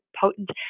potent